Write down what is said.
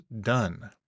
done